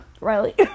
Riley